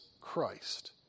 Christ